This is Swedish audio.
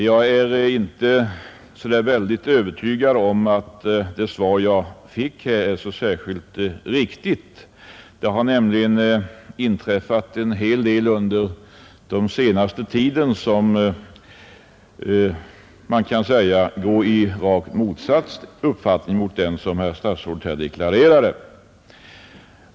Jag är dock inte helt övertygad om att det svar jag fick är alldeles riktigt — det har nämligen inträffat en hel del under den senaste tiden som man kan säga går i rakt motsatt riktning mot den uppfattning som herr statsrådet här deklarerade.